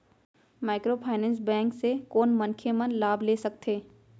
Microfinance bank से कोन मनखे मन लाभ ले सकथे?